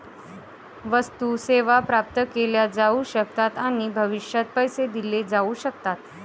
वस्तू, सेवा प्राप्त केल्या जाऊ शकतात आणि भविष्यात पैसे दिले जाऊ शकतात